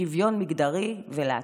שוויון מגדרי ולהט"ב?